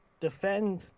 defend